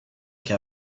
che